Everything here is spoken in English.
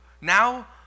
now